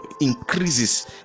increases